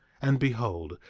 and behold,